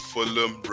Fulham